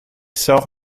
sort